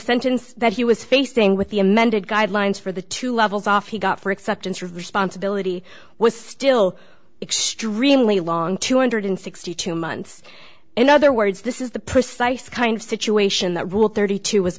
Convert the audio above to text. sentence that he was facing with the amended guidelines for the two levels off he got for acceptance of responsibility was still extremely long two hundred sixty two months in other words this is the precise kind of situation that rule thirty two was